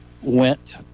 went